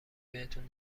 بهتون